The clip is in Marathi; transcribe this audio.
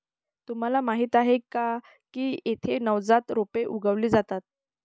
तुम्हाला माहीत आहे का की येथे नवजात रोपे उगवली जातात